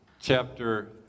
chapter